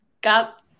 got